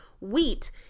wheat